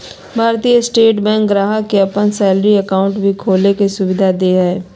भारतीय state bank ग्राहक के अपन सैलरी अकाउंट भी खोले के सुविधा दे हइ